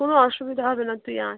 কোনো অসুবিধা হবে না তুই আয়